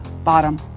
bottom